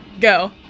Go